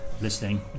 listening